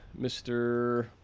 mr